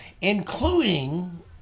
including